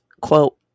quote